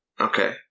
Okay